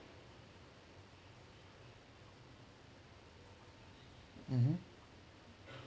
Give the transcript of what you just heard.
mmhmm